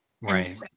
right